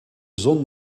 zon